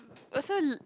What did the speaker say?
also